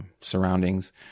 surroundings